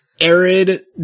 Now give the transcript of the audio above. arid